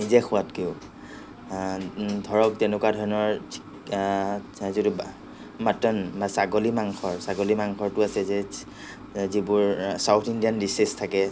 নিজে খোৱাতকেও ধৰক তেনেকুৱা ধৰণৰ যিটো মাটন ছাগলী মাংস ছাগলী মাংসৰটো আছে যে যিবোৰ চাউথ ইণ্ডিয়ান ডিচেচ থাকে